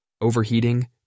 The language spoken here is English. Overheating